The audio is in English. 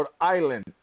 Island